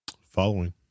Following